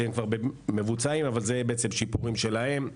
שהם כבר מבוצעים אבל עוברים שיפורים שלהם.